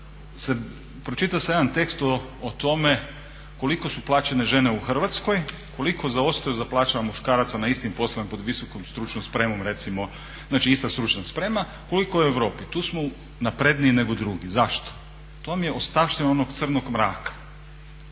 sam pročitao jedan tekst o tome koliko su plaćene žene u Hrvatskoj, koliko zaostaju za plaćama muškaraca na istim poslovima pod VSS znači ista stručna sprema, koliko u Europi. Tu smo napredniji nego drugi. Zašto? to vam je ostavština onog crnog mraka.